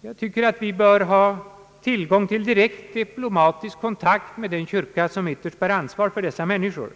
Jag tycker att vi bör ha tillgång till direkt diplomatisk kontakt med den stat, som ytterst bär ansvar för dessa människor.